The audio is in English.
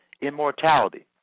immortality